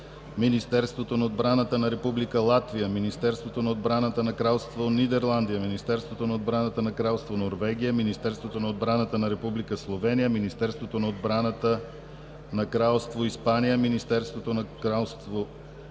Министерството на отбраната на Република Латвия, Министерството на отбраната на Кралство Нидерландия, Министерството на отбраната на Кралство Норвегия, Министерството на отбраната на Република Словения, министъра на отбраната на Кралство Испания, Правителството на Кралство Швеция,